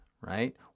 right